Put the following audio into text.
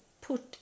put